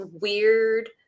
weird